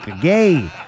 Gay